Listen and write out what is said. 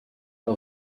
out